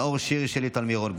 נאור שירי ושלי טל מירון,